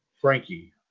Frankie